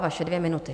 Vaše dvě minuty.